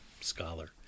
scholar